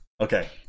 Okay